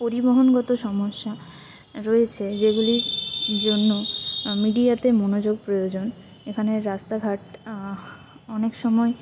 পরিবহন গত সমস্যা রয়েছে যেগুলির জন্য মিডিয়াতে মনোযোগ প্রয়োজন এখানের রাস্তাঘাট অনেক সময়